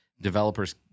Developers